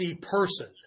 person